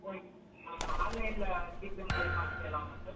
okay sir ஆன்லைனில் G Pay மூலியமா அனுப்பிரலாமா சார்